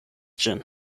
ĝin